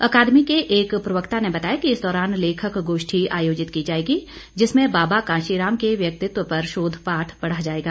अकादमी के एक प्रवक्ता ने बताया कि इस दौरान लेखक गोष्ठी आयोजित की जाएगी जिसमें बाबा काशीराम के व्यक्तिव पर शोध पाठ पढ़ा जाएगा